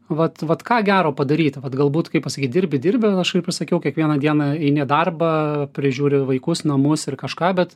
vat vat ką gero padaryti vat galbūt kaip pasakyt dirbi dirbi aš kaip ir sakiau kiekvieną dieną eini į darbą prižiūri vaikus namus ir kažką bet